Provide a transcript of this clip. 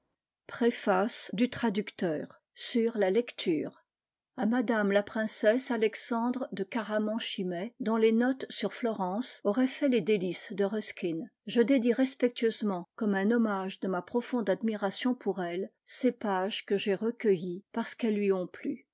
rpréface du traducteur sur la lecture a madame la princesse alexandre de caraman chimay dont les notes sur florence auraient fait j les délices de ruskin je dédie res h pectueusement comme un hom k y de ma profonde admiration y pour elle c'est page que j reuse parce qu elles lui ont plu